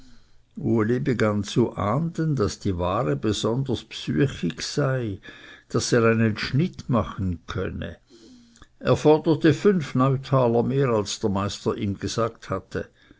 begann zu ahnden daß die ware besonders bsüchig sei daß er einen schnitt machen könne er forderte fünf neutaler mehr als der meister ihm gesagt hatte